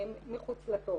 מחוץ לתור.